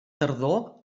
tardor